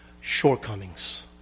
shortcomings